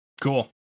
Cool